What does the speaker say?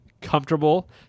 comfortable